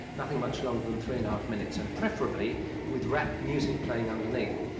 nothing much longer than three and half minutes and preferably with rap music playing underneath.